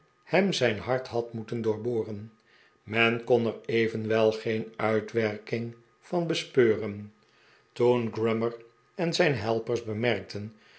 hem zijn hart had moeten doorboren men kon er evenwel geen uitwerking van bespeuren toen grummer en zijn helpers bemerkten